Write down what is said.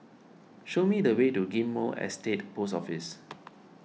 show me the way to Ghim Moh Estate Post Office